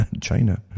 China